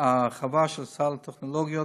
הרחבה של סל הטכנולוגיות,